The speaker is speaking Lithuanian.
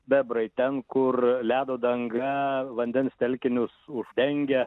bebrai ten kur ledo danga vandens telkinius uždengia